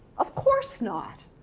of course not.